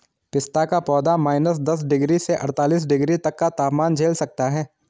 पिस्ता का पौधा माइनस दस डिग्री से अड़तालीस डिग्री तक का तापमान झेल सकता है